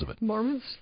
Mormons